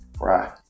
right